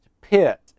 pit